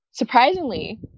Surprisingly